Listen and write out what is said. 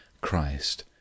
Christ